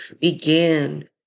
begin